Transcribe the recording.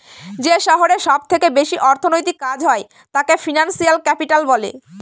যে শহরে সব থেকে বেশি অর্থনৈতিক কাজ হয় তাকে ফিনান্সিয়াল ক্যাপিটাল বলে